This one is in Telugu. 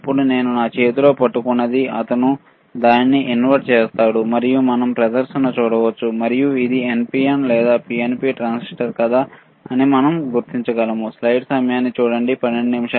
ఇప్పుడు నేను నా చేతిలో పట్టుకున్నది అతను దానిని ఇన్సర్ట్ చేస్తాడు మరియు మనం ప్రదర్శన చూడవచ్చు మరియు ఇది NPN లేదా PNP ట్రాన్సిస్టర్ కాదా అని మనం గుర్తించగలము